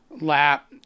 lap